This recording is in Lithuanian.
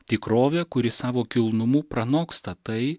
tikrovę kuri savo kilnumu pranoksta tai